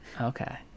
Okay